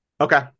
Okay